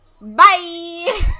bye